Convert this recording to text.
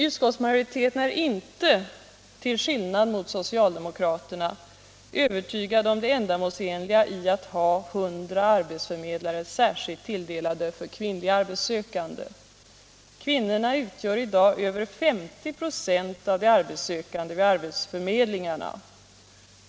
Utskottsmajoriteten är inte — till skillnad från socialdemokraterna — övertygad om det ändamålsenliga i att ha 100 arbetsförmedlare särskilt tilldelade för kvinnliga arbetssökande. Kvinnorna utgör i dag över 50 96 av de arbetssökande vid arbetsförmedlingarna.